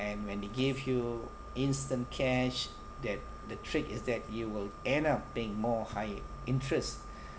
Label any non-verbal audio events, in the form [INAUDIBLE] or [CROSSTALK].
and when they give you instant cash that the trick is that you will end up paying more high interest [BREATH]